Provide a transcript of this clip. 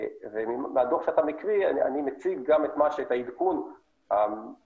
ומהדוח שאתה מקריא אני מציג את העדכון נכון